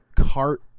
cart